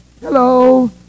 hello